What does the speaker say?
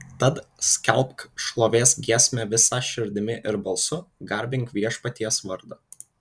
tad skelbk šlovės giesmę visa širdimi ir balsu garbink viešpaties vardą